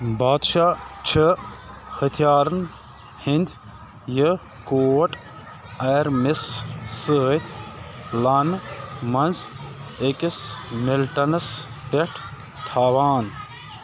بادشاہ چھِ ہتھیارَن ہِنٛدۍ یہِ کوٹ اَیَر مِس سۭتۍ لانہٕ منٛز أکس مِلٹَنَس پٮ۪ٹھ تھاوان